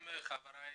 נמצאים כאן.